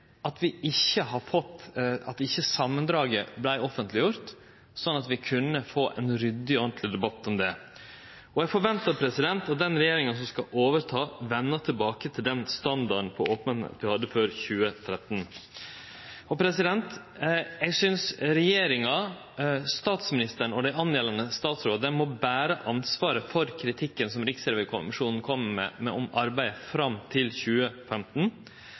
uheldig at ikkje samandraget vart offentleggjort, sånn at vi kunne få ein ryddig og ordentleg debatt om det. Eg forventar at den regjeringa som skal overta, vender tilbake til den standarden for openheit som vi hadde før 2013. Eg synest regjeringa, statsministeren og dei statsrådane det gjeld må bere ansvaret for kritikken som Riksrevisjonen kom med om arbeidet fram til 2015.